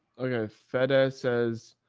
okay. fedex says.